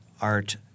art